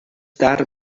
tard